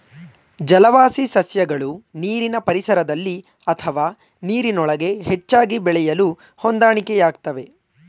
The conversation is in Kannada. ಜಲವಾಸಿ ಸಸ್ಯಗಳು ನೀರಿನ ಪರಿಸರದಲ್ಲಿ ಅಥವಾ ನೀರಿನೊಳಗೆ ಹೆಚ್ಚಾಗಿ ಬೆಳೆಯಲು ಹೊಂದಾಣಿಕೆಯಾಗ್ತವೆ